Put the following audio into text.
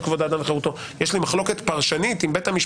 זה מוכנס בתוך המנגנון שלנו.